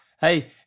Hey